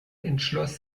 entschloss